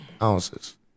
ounces